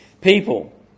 people